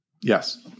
Yes